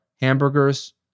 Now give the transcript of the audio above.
hamburgers